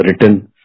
written